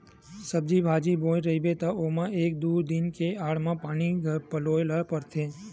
सब्जी बाजी बोए रहिबे त ओमा एक दू दिन के आड़ म पानी पलोए ल परथे